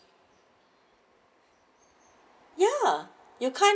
ya you can't